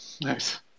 nice